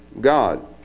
God